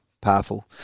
Powerful